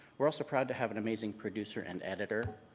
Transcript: we're also proud to have an amazing producer and editor,